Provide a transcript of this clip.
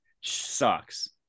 sucks